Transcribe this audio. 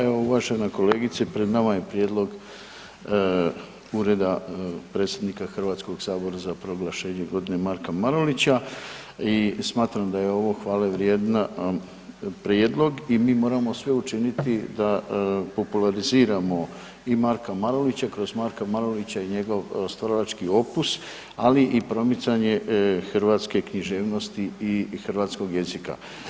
Evo uvažena kolegice, pred nama je prijedlog Ureda predsjednika Hrvatskog sabora za proglašenjem „Godine Marka Marulića“ i smatram da je ovo hvalevrijedan prijedlog i mi moramo sve učiniti da populariziramo i Marka Marulića, kroz Marka Marulića i njegov stvaralački opus ali i promicanje hrvatske književnosti i hrvatskog jezika.